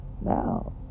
Now